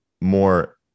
more